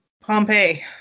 Pompeii